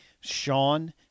sean